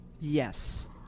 Yes